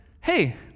hey